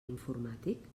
informàtic